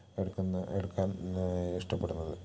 എടുക്കുന്നത് എടുക്കാൻ ഇഷ്ടപ്പെടുന്നത്